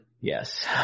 Yes